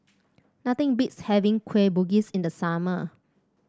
nothing beats having Kueh Bugis in the summer